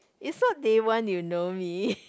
is not day one you know me